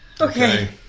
Okay